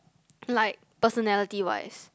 like personality wise